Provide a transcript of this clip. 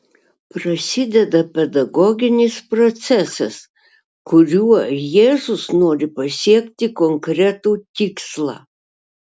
prasideda pedagoginis procesas kuriuo jėzus nori pasiekti konkretų tikslą